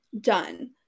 done